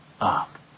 up